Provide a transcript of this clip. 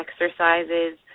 exercises